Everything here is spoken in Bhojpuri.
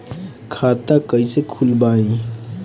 खाता कईसे खोलबाइ?